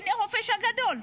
הינה, החופש הגדול.